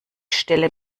stelle